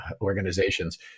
organizations